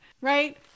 right